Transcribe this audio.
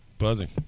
Buzzing